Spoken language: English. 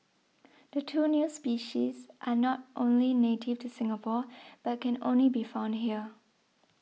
the two new species are not only native to Singapore but can only be found here